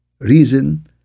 reason